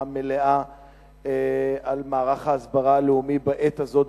המלאה על מערך ההסברה הלאומי בעת הזאת,